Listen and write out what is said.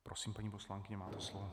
Prosím, paní poslankyně, máte slovo.